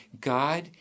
God